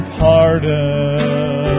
pardon